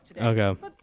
Okay